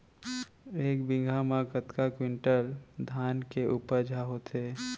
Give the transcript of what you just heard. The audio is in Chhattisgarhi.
एक बीघा म कतका क्विंटल धान के उपज ह होथे?